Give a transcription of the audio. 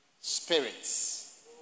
spirits